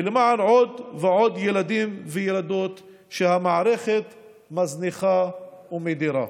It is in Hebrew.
ולמען עוד ועוד ילדים וילדות שהמערכת מזניחה ומדירה.